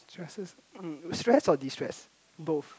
just it destress or destress both